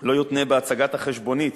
לא יותנה בהצגת החשבונית